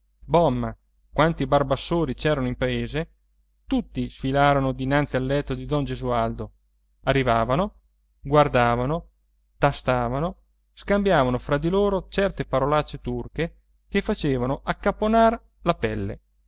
bomma quanti barbassori c'erano in paese tutti sfilarono dinanzi al letto di don gesualdo arrivavano guardavano tastavano scambiavano fra di loro certe parolacce turche che facevano accapponar la pelle